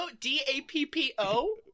D-A-P-P-O